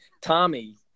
Tommy